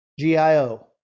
GIO